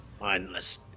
Mindless